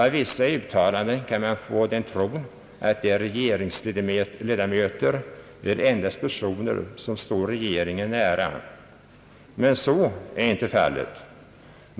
Av vissa uttalanden kan man få den tron att det är regeringsledamöter eller endast personer, som står regeringen nära. Men så är inte fallet.